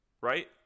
right